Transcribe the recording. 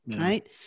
right